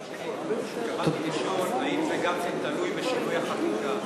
התכוונתי לשאול אם זה גם כן תלוי בשינוי החקיקה.